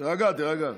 תירגע, תירגע.